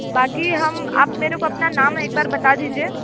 बाकी हम आप मेरे को अपना नाम एकबार बता दीजिए